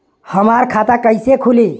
हमार खाता कईसे खुली?